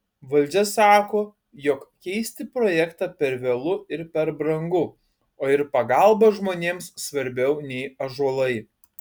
valdžia sako jog keisti projektą per vėlu ir per brangu o ir pagalba žmonėms svarbiau nei ąžuolai